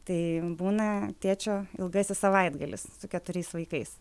tai būna tėčio ilgasis savaitgalis su keturiais vaikais